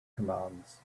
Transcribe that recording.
commands